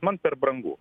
man per brangu